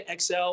XL